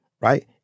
right